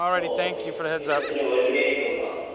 ஆ okay எ எத்தினை ஒரு பிரியாணி போதுமா